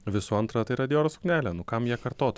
visų antra tai yra dioro suknelė nu kam ją kartot